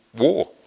war